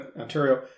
Ontario